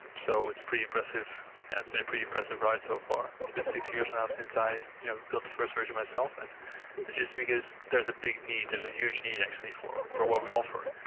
and so it's pretty impressive has been a pretty impressive ride so far. it's been six years now since i you know built the first version myself and it's just because there's a big need, there's a huge need actually for for what we offer,